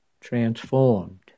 transformed